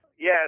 Yes